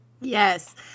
Yes